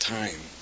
time